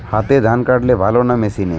হাতে ধান কাটলে ভালো না মেশিনে?